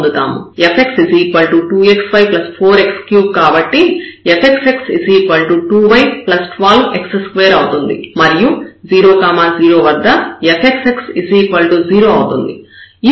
fx2 xy4 x3 కాబట్టి fxx 2y 12 x2 అవుతుంది మరియు 0 0 వద్ద fxx 0 అవుతుంది